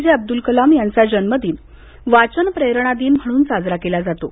जे अब्दूल कलाम यांचा जन्मदिन वाचन प्रेरणा दिन म्हणून साजरा केला जातो